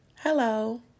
Hello